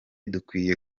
dukwiye